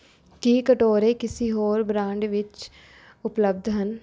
ਕੀ ਕਟੋਰੇ ਕਿਸੇ ਹੋਰ ਬ੍ਰਾਂਡ ਵਿੱਚ ਉਪਲਬਧ ਹਨ